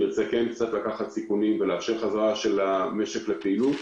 כן לקחת קצת סיכונים ולאפשר חזרה של המשק לפעילות,